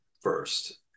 first